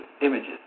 images